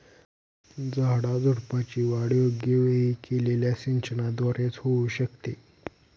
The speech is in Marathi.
झाडाझुडपांची वाढ योग्य वेळी केलेल्या सिंचनाद्वारे च होऊ शकते